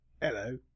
hello